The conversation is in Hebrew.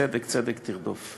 צדק צדק תרדוף.